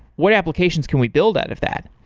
what applications can we build out of that?